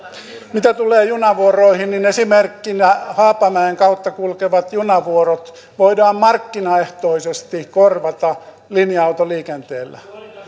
mitä tulee junavuoroihin niin esimerkkinä haapamäen kautta kulkevat junavuorot voidaan markkinaehtoisesti korvata linja autoliikenteellä